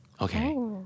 Okay